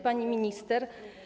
Pani Minister!